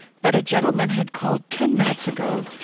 but a gentleman had called ten minutes ago,